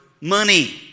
money